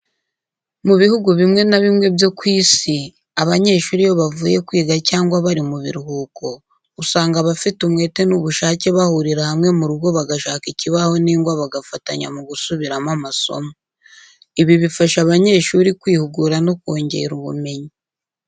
Mu bihugu bimwe na bimwe byo ku isi abanyeshuri iyo bavuye kwiga cyangwa bari mu biruhuko usanga abafite umwete n'ubushake bahurira hamwe mu rugo bagashaka ikibaho n'ingwa bagafatanya mu gusubiramo amasomo. Ibi bifasha abanyeshuri kwihugura no kongera ubumenyi.